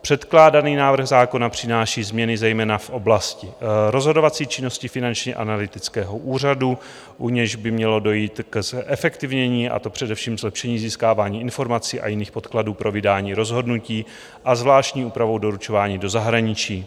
Předkládaný návrh zákona přináší změny zejména v oblasti rozhodovací činnosti Finančního analytického úřadu, u něhož by mělo dojít k zefektivnění, a to především zlepšení získávání informací a jiných podkladů pro vydání rozhodnutí a zvláštní úpravu doručování do zahraničí;